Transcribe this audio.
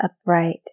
upright